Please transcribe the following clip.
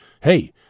Hey